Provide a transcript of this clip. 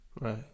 Right